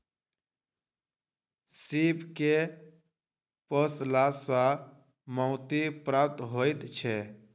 सीप के पोसला सॅ मोती प्राप्त होइत छै